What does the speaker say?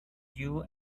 you